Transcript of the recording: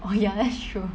oh ya that's true